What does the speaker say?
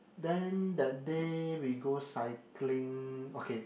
then that day we go cycling okay